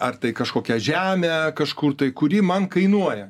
ar tai kažkokią žemę kažkur tai kuri man kainuoja